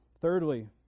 Thirdly